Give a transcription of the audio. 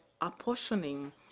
apportioning